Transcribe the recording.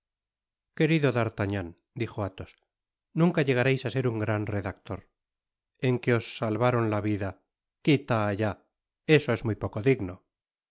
vida querido d'artagnan dijo athos nunca llegareis á ser un gran redactor en que os salvaron la vida quitad allá eso es muy poco digno